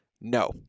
No